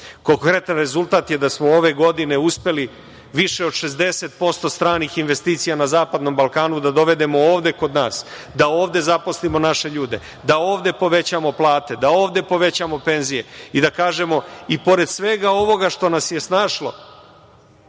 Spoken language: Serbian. Konkretan rezultat je da smo ove godine uspeli više od 60% stranih investicija na zapadnom Balkanu da dovedemo ovde kod nas, da ovde zaposlimo naše ljude, da ovde povećamo plate, da ovde povećamo penzije i da kažemo – i pored svega ovoga što nas je snašlo